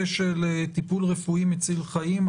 טיפול רפואי מציל חיים,